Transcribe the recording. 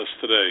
today